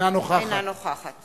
אינה נוכחת